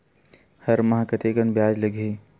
हर माह कतेकन ब्याज लगही?